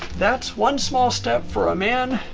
that's one small step for a man.